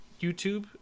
youtube